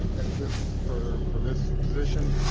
as this, for for this position,